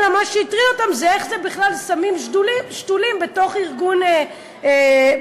אלא איך בכלל שמים שתולים בתוך ארגון שמאלני,